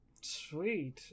sweet